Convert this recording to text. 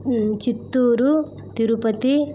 Chittoor Tirupati